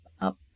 up